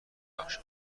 بخش